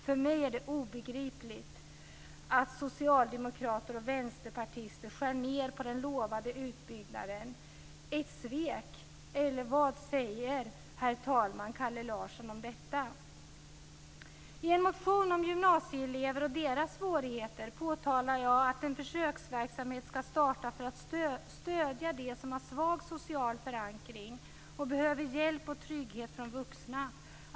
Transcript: För mig är det obegripligt att socialdemokrater och vänsterpartister skär ned på den utlovade utbyggnaden. Det är ett svek. Eller vad säger Kalle Larsson om detta, herr talman? I en motion om gymnasieelever och deras svårigheter föreslår jag att en försöksverksamhet skall starta för att stödja dem som har svag social förankring och behöver hjälp och trygghet från vuxna.